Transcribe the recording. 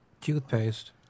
Toothpaste